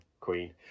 queen